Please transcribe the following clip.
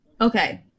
Okay